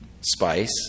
spice